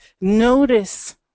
notice